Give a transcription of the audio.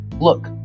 Look